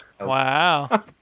Wow